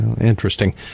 Interesting